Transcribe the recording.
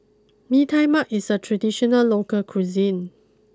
Bee Tai Mak is a traditional local cuisine